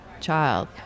child